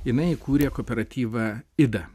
jinai įkūrė kooperatyvą idą